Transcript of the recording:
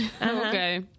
Okay